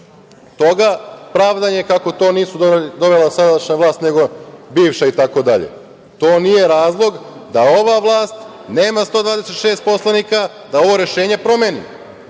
toga pravdanje kako to nije donela sadašnja vlast, nego bivša itd. To nije razlog da ova vlast nema 126 poslanika da ovo rešenje promeni.